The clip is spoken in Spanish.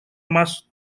más